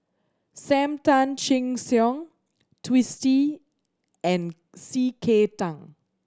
Sam Tan Chin Siong Twisstii and C K Tang